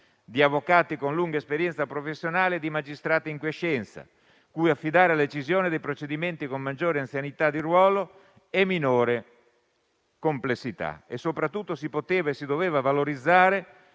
di avvocati con lunga esperienza professionale e di magistrati in quiescenza, cui affidare la decisione dei procedimenti con maggiore anzianità di ruolo e minore complessità. Soprattutto, si poteva e si doveva valorizzare